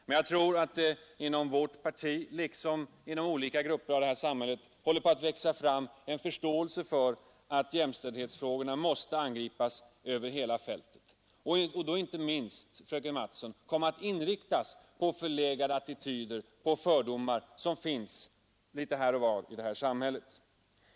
Men jag tror att det inom vårt parti, liksom inom andra grupper i samhället, håller på att växa fram en förståelse för att frågorna måste angripas över hela fältet. Och då, fröken Mattson, måste man inte minst rikta sig mot de förlegade attityder och fördomar som finns litet varstans i det här samhället.